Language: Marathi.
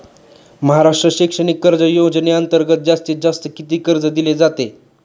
महाराष्ट्र शैक्षणिक कर्ज योजनेअंतर्गत जास्तीत जास्त किती कर्ज दिले जाते?